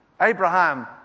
Abraham